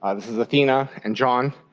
ah this is afina and john.